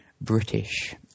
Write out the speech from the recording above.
British